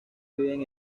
viven